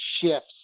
shifts